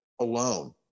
alone